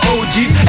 OG's